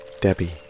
Debbie